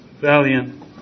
valiant